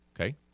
okay